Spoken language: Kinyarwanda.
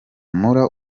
mula